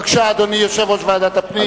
בבקשה, אדוני יושב-ראש ועדת הפנים.